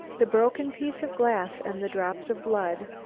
the broken pieces of glass and the drops of blood,